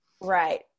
Right